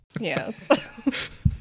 Yes